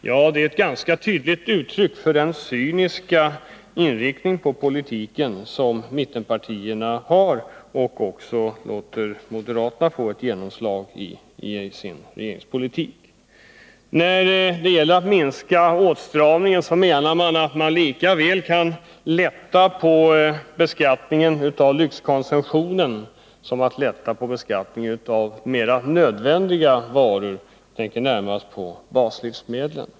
Ja, det är ett ganska tydligt uttryck för den cyniska inriktning på politiken som mittenpartierna har och för att moderaternas åsikter får genomslag i regeringspolitiken. När det gäller att minska åtstramningen menar man att man lika väl kan lätta på beskattningen av lyxkonsumtionen som lätta på beskattningen av mera nödvändiga varor — jag tänker närmast på baslivsmedlen.